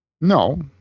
no